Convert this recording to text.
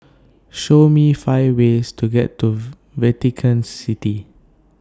Show Me five ways to get to Vatican City